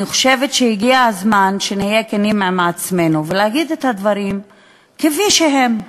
אני חושבת שהגיע הזמן שנהיה כנים עם עצמנו ונגיד את הדברים כפי שהם: